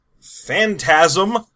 Phantasm